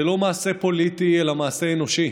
זה לא מעשה פוליטי אלא מעשה אנושי.